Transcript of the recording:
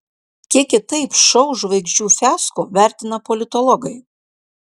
kiek kitaip šou žvaigždžių fiasko vertina politologai